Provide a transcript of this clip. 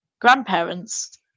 grandparents